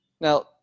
Now